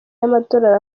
y’amadolari